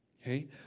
Okay